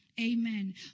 Amen